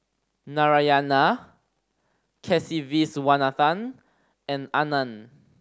Narayana Kasiviswanathan and Anand